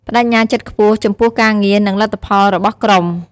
ប្តេជ្ញាចិត្តខ្ពស់ចំពោះការងារ និងលទ្ធផលរបស់ក្រុម។